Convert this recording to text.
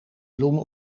bloemen